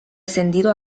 ascendido